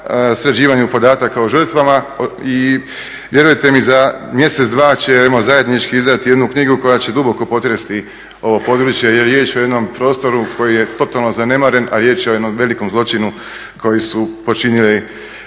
sređivanju podataka o žrtvama i vjerujte mi za mjesec, dva ćemo zajednički izdati jednu knjigu koja će duboko potresti ovo područje jer je riječ o jednom prostoru koji je totalno zanemaren, a riječ je o jednom velikom zločinu koji su počinili